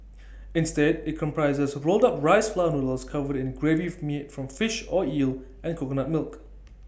instead IT comprises rolled up rice flour noodles covered in A gravy made from fish or eel and coconut milk